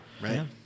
Right